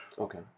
Okay